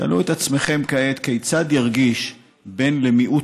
שאלו את עצמכם כעת כיצד ירגיש בן למיעוט